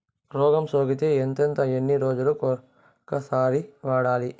రోగం సోకితే ఎంతెంత ఎన్ని రోజులు కొక సారి వాడాలి?